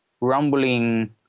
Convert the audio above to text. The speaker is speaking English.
rumbling